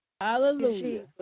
Hallelujah